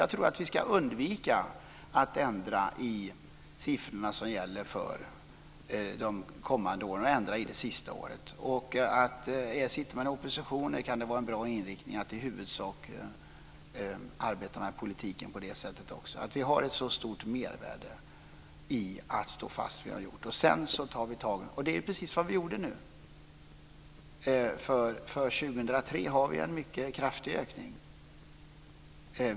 Jag tror att vi ska undvika att ändra i de siffror som gäller för de kommande åren och att ändra för det sista året. Sitter man i opposition kan det vara en bra inriktning att i huvudsak arbeta med politiken på det sättet också. Vi har ett så stort mervärde i att stå fast vid vad vi har gjort. Sedan tar vi tag. Det är precis vad vi gjorde nu. För 2003 har vi en mycket kraftig ökning.